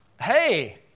hey